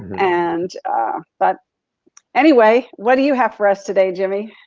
and but anyway, what do you have for us today, jimmy?